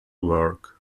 work